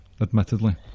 admittedly